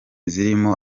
zirimo